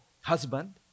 husband